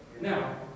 Now